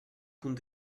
punt